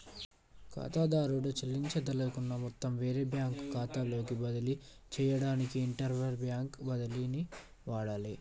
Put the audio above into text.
ఖాతాదారుడు చెల్లించదలుచుకున్న మొత్తం వేరే బ్యాంకు ఖాతాలోకి బదిలీ చేయడానికి ఇంటర్బ్యాంక్ బదిలీని వాడాలే